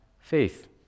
faith